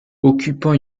occupant